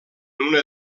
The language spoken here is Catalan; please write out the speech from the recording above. una